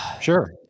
Sure